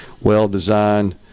well-designed